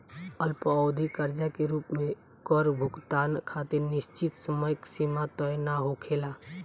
अल्पअवधि कर्जा के रूप में कर भुगतान खातिर निश्चित समय सीमा तय ना होखेला